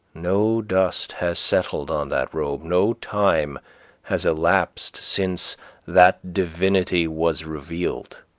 no dust has settled on that robe no time has elapsed since that divinity was revealed.